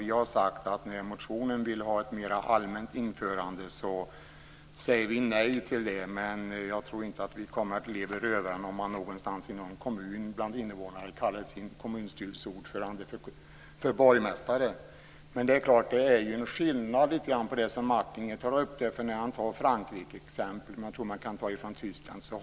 I motionen vill man ha ett mer allmänt införande, men vi säger nej. Jag tror inte att vi kommer att leva rövare om man någonstans i någon kommun bland invånare kallar sin kommunstyrelseordförande för borgmästare. Det är en skillnad med det som Jerry Martinger tog upp och hade Frankrike som exempel - man kan också ta Tyskland.